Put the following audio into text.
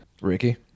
Ricky